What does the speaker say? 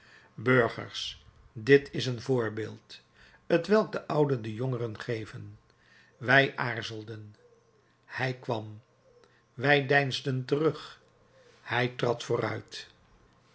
burgers dit is een voorbeeld t welk de ouden den jongeren geven wij aarzelden hij kwam wij deinsden terug hij trad vooruit